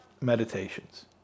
meditations